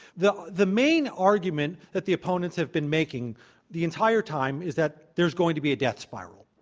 the the main argument that the opponents have been making the entire time is that there is going to be a death spiral.